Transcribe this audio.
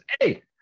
hey